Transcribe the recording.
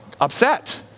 upset